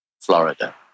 Florida